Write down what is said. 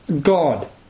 God